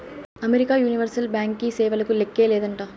America universal బ్యాంకీ సేవలకు లేక్కే లేదంట